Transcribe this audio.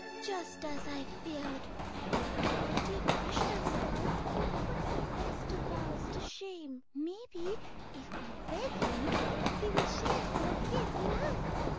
just as i feared the quality of krishna's pearls but puts the best of ours to shame. maybe if we beg him he will share some of his with us.